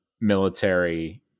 military